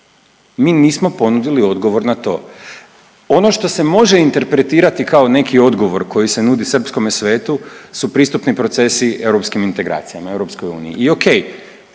mi nismo ponudili odgovor na to. Ono što se može interpretirati kao neki odgovor koji se nudi srpskome svetu su pristupni procesi europskim integracijama EU i ok,